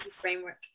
framework